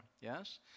yes